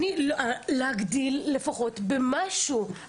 להגדיל לפחות במשהו.